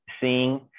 seeing